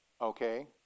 Okay